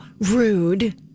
Rude